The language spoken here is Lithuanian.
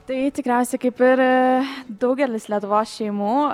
tai tikriausia kaip ir daugelis lietuvos šeimų